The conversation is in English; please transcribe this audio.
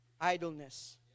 idleness